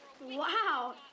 Wow